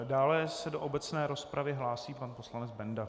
Dále se do obecné rozpravy hlásí pan poslanec Benda.